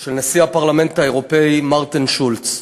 של נשיא הפרלמנט האירופי מרטין שולץ.